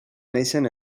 neixen